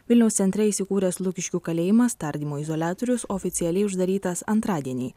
vilniaus centre įsikūręs lukiškių kalėjimas tardymo izoliatorius oficialiai uždarytas antradienį